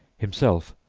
himself,